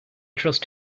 trust